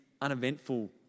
uneventful